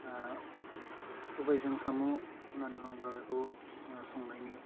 ओह सबाइजों साम' होननानै बुङोब्ब्ला बेखौ ओह संनायनि